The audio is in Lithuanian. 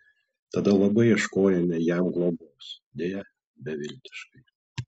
tada labai ieškojome jam globos deja beviltiškai